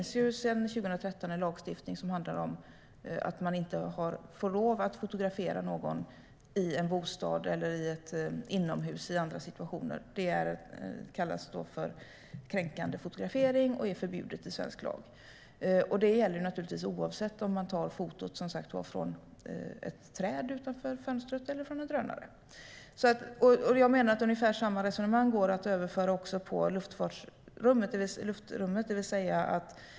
Sedan 2013 finns en lagstiftning som innebär att man inte har lov att fotografera någon i en bostad eller inomhus i andra situationer. Det kallas då för kränkande fotografering och är förbjudet i svensk lag. Det gäller oavsett om man tar fotot från ett träd utanför fönstret eller från en drönare. Ungefär samma resonemang går att överföra på luftrummet.